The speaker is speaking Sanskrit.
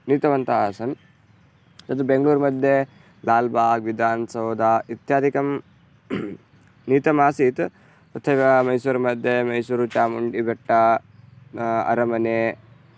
नीतवन्तः आसन् यद् बेङ्गलूरुमध्ये लाल्बाग् विधानसौध इत्यादिकं नीतमासीत् तथैव मैसूरुमध्ये मैसूरु चामुण्डिबेट्ट अरमने